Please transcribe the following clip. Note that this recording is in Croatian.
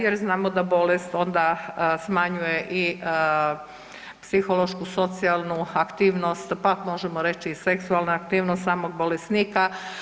Jer znamo da bolest onda smanjuje i psihološku, socijalnu aktivnost pa možemo reći i seksualnu aktivnost samog bolesnika.